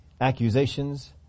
accusations